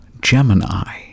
Gemini